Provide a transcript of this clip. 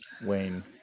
Wayne